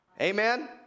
Amen